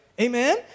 Amen